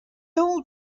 old